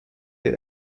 der